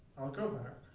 i'll go back